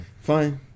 Fine